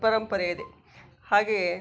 ಪರಂಪರೆ ಇದೆ ಹಾಗೆಯೇ